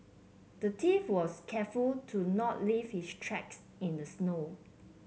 the thief was careful to not leave his tracks in the snow